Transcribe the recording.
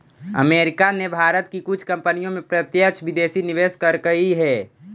America ने भारत की कुछ कंपनी में प्रत्यक्ष विदेशी निवेश करकई हे